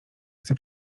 chce